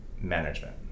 management